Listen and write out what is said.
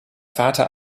vater